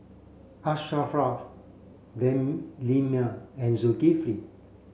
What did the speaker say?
Asharaff Delima and Zulkifli